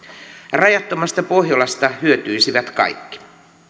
rajattomasta pohjolasta hyötyisivät kaikki